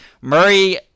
Murray